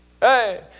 Hey